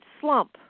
slump